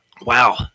wow